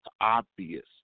obvious